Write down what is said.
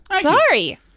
Sorry